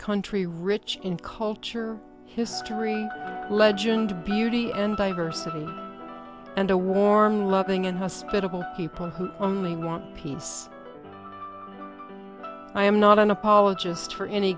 country rich in culture history legend beauty and diversity and a warm loving and hospitable people who only want peace i am not an apolog